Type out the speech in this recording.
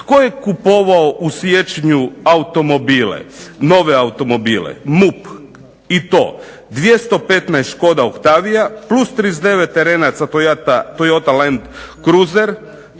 Tko je kupovao u siječnju automobile, nove automobile? MUP i to 215 Škoda Octavia plus 39 terenaca Toyota land cruiser